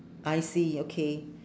I see okay